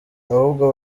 ahubwo